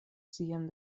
sian